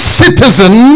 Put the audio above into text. citizen